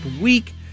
week